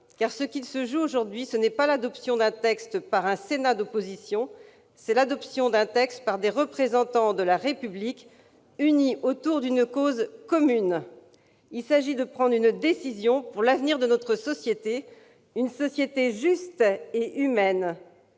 Ce qui se joue aujourd'hui, c'est non pas l'adoption d'un texte par un Sénat d'opposition, mais l'adoption d'un texte par des représentants de la République, unis autour d'une cause commune. Nous devons prendre une décision pour que, à l'avenir, notre société soit juste et humaine,